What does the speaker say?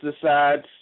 decides